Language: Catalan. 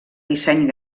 disseny